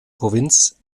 provinz